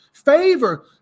favor